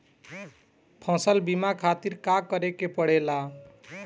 फसल बीमा खातिर का करे के पड़ेला?